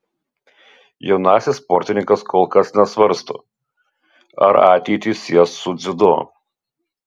jaunasis sportininkas kol kas nesvarsto ar ateitį sies su dziudo